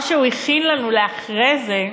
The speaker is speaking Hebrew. מה שהוא הכין לנו אחרי זה,